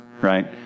right